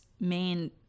main